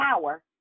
power